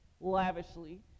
lavishly